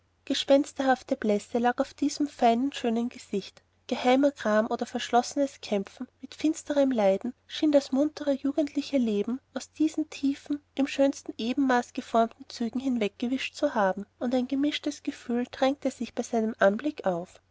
gespensterhafte blässe lag auf diesem feinen schönen gesicht geheimer gram oder verschlossenes kämpfen mit finsterem leiden schien das muntere jugendliche leben aus diesen tiefen im schönsten ebenmaß geformten zügen hinweggewischt zu haben und ein gemischtes gefühl drängte sich bei seinem anblick auf